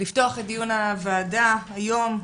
לפתוח את דיון הוועדה, היום,